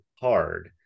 hard